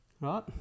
Right